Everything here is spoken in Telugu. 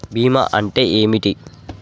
బీమా అంటే ఏమిటి?